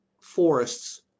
forests